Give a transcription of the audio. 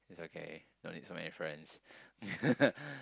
it's okay don't need so many friends